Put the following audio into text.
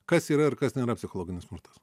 kas yra ir kas nėra psichologinis smurtas